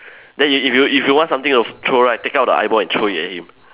then if you if you want something to throw right take out the eyeball and throw it at him